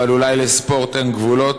אבל אולי לספורט אין גבולות.